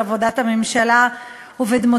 או הממשלה ליתר